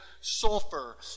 sulfur